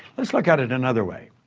let's look at it another way.